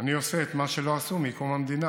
אני עושה את מה שלא עשו מקום המדינה.